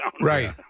Right